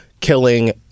killing